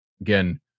Again